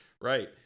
Right